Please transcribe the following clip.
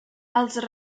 els